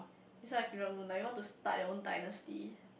you sound like Kim Jong Un like you want to start your own dynasty